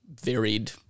varied